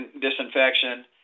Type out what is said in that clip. disinfection